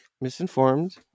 misinformed